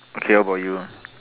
okay what about you